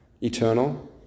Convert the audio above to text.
Eternal